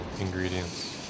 ingredients